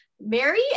Mary